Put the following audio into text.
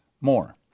more